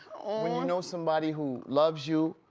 when you know somebody who loves you,